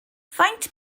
faint